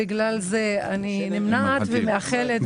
בגלל זה אני נמנעת ומאחלת בהצלחה.